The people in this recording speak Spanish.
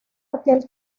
aquel